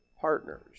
partners